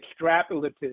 extrapolative